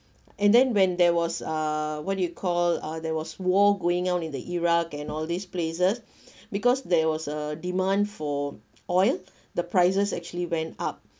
and then when there was uh what do you call uh there was war going on in the iraq and all these places because there was a demand for oil the prices actually went up